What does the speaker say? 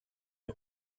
der